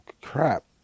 crap